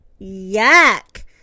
Yuck